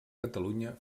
catalunya